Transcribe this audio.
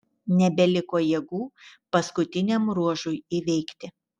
nebeliko jėgų paskutiniam ruožui įveikti